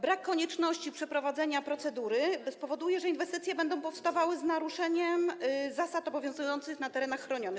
Brak konieczności przeprowadzania procedury spowoduje, że inwestycje będą powstawały z naruszeniem zasad obowiązujących na terenach chronionych.